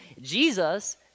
Jesus